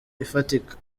ifatika